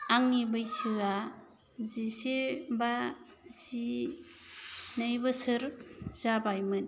आंनि बैसोआ जिसे बा जिनै बोसोर जाबायमोन